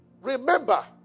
Remember